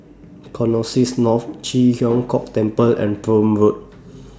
Connexis North Ji Huang Kok Temple and Prome Road